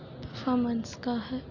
பஃர்பாமன்ஸ்க்காக